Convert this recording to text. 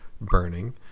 burning